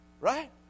Right